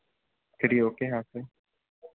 free होके यहाँ से